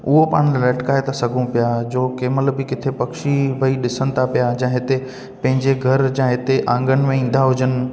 उहो पाणि लटकाए था सघूं पिया जो कंहिं माल बि किथे पखी भई ॾिसनि था पिया जा हिते कंहिंजे घर जा हिते आंगन में ईंदा हुजनि